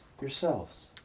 yourselves